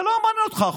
זה לא מעניין אותך.